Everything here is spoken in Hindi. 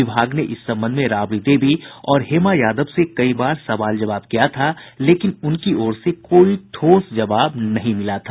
विभाग ने इस संबंध में राबड़ी देवी और हेमा यादव से कई बार सवाल जवाब किया था लेकिन उनकी ओर से कोई ठोस जवाब नहीं मिला था